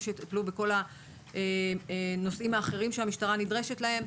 בכל הנושאים האחרים שהמשטרה נדרשת להם.